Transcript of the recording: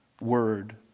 word